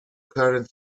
current